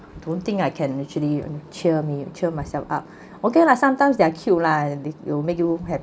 don't think I can actually mm cheer me cheer myself up okay lah sometimes they cute lah th~ will make you have